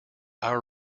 our